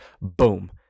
boom